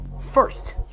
first